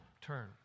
Turn